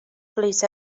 please